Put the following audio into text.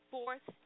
Fourth